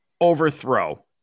overthrow